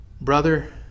Brother